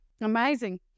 Amazing